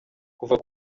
kuva